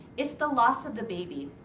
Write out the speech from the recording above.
it's the loss of the baby.